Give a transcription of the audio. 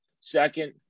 Second